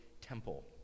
temple